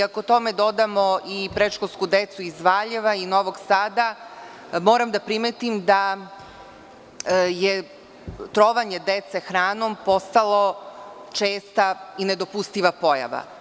Ako tome dodamo i predškolsku decu iz Valjeva i Novog Sada, moram da primetim da je trovanje dece hranom postalo česta i nedopustiva pojava.